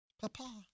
Papa